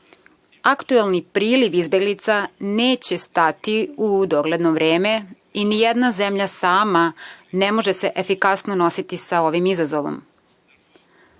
Aktuelni priliv izbeglica neće stati u dogledno vreme i nijedna zemlja sama ne može se efikasno nositi sa ovim izazovom.